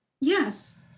Yes